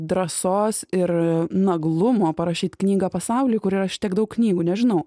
drąsos ir naglumo parašyt knygą pasauly kur yra šitiek daug knygų nežinau